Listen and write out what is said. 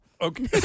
Okay